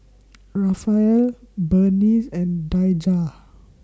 Rafael Berneice and Daijah